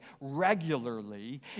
regularly